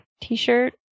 t-shirt